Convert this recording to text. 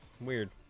weird